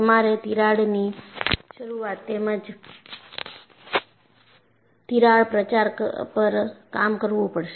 તમારે તિરાડની શરૂઆત તેમજ તિરાડ પ્રચાર પર કામ કરવું પડશે